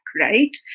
right